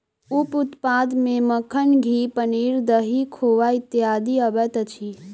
उप उत्पाद मे मक्खन, घी, पनीर, दही, खोआ इत्यादि अबैत अछि